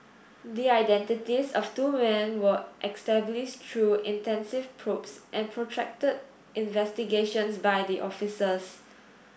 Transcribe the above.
the identities of two men were established through intensive probes and protracted investigations by the officers